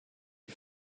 die